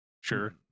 Sure